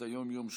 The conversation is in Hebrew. היום יום שלישי,